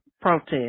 protest